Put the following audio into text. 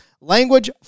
Language